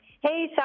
Hey